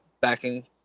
backing